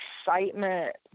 excitement